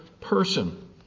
person